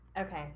Okay